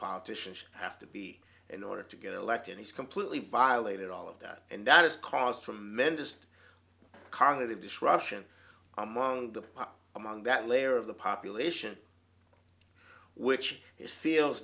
politicians have to be in order to get elected he's completely violated all of that and that has caused tremendous conative disruption among the among that layer of the population which is feels